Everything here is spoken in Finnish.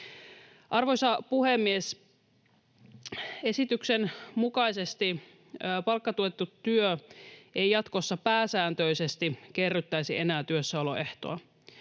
Arvoisa puhemies! Esityksen mukaisesti palkkatuettu työ ei jatkossa pääsääntöisesti kerryttäisi enää työssäoloehtoa.